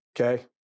okay